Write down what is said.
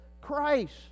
Christ